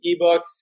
eBooks